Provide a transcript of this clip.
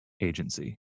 agency